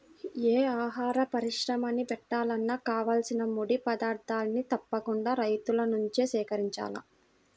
యే ఆహార పరిశ్రమని బెట్టాలన్నా కావాల్సిన ముడి పదార్థాల్ని తప్పకుండా రైతుల నుంచే సేకరించాల